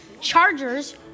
Chargers